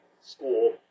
school